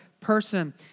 person